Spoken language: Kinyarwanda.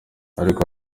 ariko